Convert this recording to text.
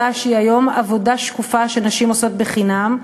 שהיא היום עבודה שקופה שנשים עושות חינם,